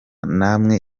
namwe